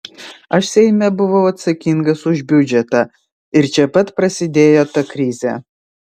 aš seime buvau atsakingas už biudžetą ir čia pat prasidėjo ta krizė